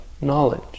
knowledge